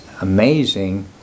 amazing